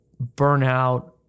burnout